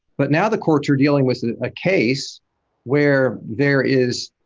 but now the courts are dealing with a case where there is